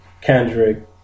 Kendrick